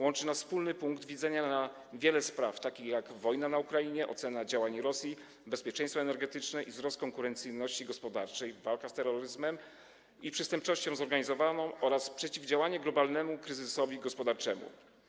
Łączy nas wspólny punkt widzenia na wiele spraw, takich jak wojna na Ukrainie, ocena działań Rosji, bezpieczeństwo energetyczne i wzrost konkurencyjności gospodarczej, walka z terroryzmem i przestępczością zorganizowaną oraz przeciwdziałanie globalnemu kryzysowi gospodarczemu.